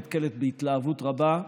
היא נתקלת בהתלהבות רבה,